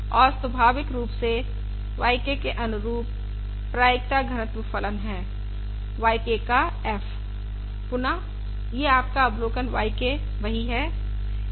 और स्वाभाविक रूप से y K के अनुरूप प्रायिकता घनत्व फलन है yK का f पून यह आपका अवलोकन yK वही है